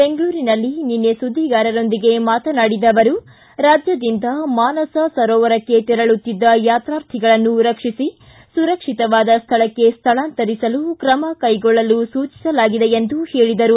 ಬೆಂಗಳೂರಿನಲ್ಲಿ ನಿನ್ನೆ ಸುದ್ದಿಗಾರರೊಂದಿಗೆ ಮಾತನಾಡಿದ ಅವರು ರಾಜ್ಞದಿಂದ ಮಾನಸ ಸರೋವರಕ್ಕೆ ತೆರಳುತ್ತಿದ್ದ ಯಾತ್ರಾರ್ಥಿಗಳನ್ನು ರಕ್ಷಿಸಿ ಸುರಕ್ಷಿತವಾದ ಸ್ಥಳಕ್ಕೆ ಸ್ಥಳಾಂತರಿಸಲು ಕ್ರಮ ಕೈಗೊಳ್ಳಲು ಸೂಚಿಸಲಾಗಿದೆ ಎಂದು ಹೇಳಿದರು